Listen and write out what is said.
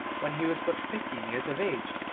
when he was but fifteen years of age,